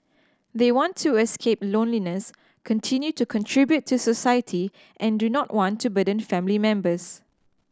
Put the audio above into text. they want to escape loneliness continue to contribute to society and do not want to burden family members